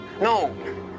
No